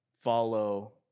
follow